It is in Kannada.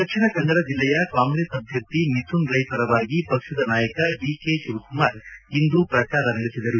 ದಕ್ಷಿಣ ಕನ್ನಡ ಜಿಲ್ಲೆಯ ಕಾಂಗ್ರೆಸ್ ಅಭ್ಯರ್ಥಿ ಮಿಥುನ್ ರೈ ಪರವಾಗಿ ಪಕ್ಷದ ನಾಯಕ ಡಿಕೆ ಶಿವಕುಮಾರ್ ಇಂದು ಪ್ರಚಾರ ನಡೆಸಿದರು